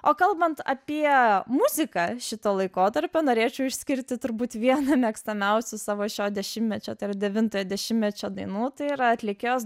o kalbant apie muziką šito laikotarpio norėčiau išskirti turbūt vieną mėgstamiausių savo šio dešimtmečio tai yra devintojo dešimtmečio dainų tai yra atlikėjos